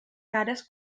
cares